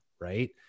right